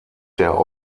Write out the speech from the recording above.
der